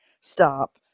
Stop